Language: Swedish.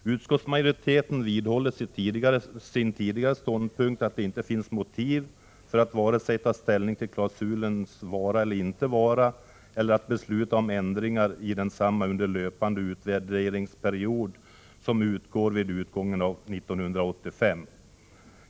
Utskottsmajoriteten vidhåller sin tidigare ståndpunkt att det inte finns motiv för att vare sig ta ställning till klausulens vara eller inte vara eller att besluta om ändringar i densamma under löpande utvärderingsperiod som slutar med utgången av 1985.